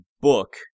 book